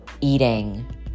eating